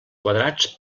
quadrats